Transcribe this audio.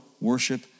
worship